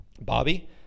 Bobby